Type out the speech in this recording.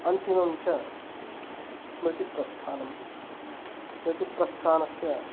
अन्तिमं च स्मृतिप्रस्थानं स्मृतिप्रस्थानस्य